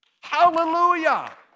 Hallelujah